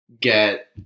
get